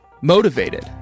motivated